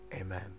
Amen